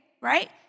right